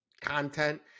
content